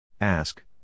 Ask